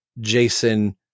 jason